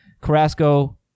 Carrasco